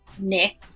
Nick